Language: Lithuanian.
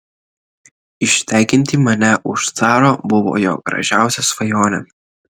ištekinti mane už caro buvo jo gražiausia svajonė